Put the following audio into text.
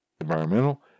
environmental